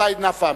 סעיד נפאע.